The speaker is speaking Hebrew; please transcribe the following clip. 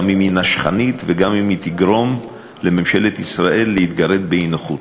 גם אם היא נשכנית וגם אם היא תגרום לממשלת ישראל להתגרד באי-נוחות.